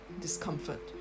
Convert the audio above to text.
discomfort